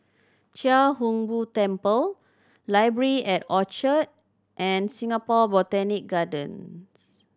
Chia Hung Boo Temple Library at Orchard and Singapore Botanic Gardens